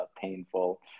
painful